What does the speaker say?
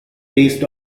based